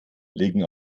legen